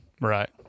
right